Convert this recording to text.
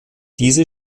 diese